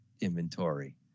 inventory